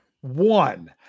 One